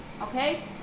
okay